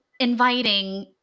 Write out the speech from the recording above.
Inviting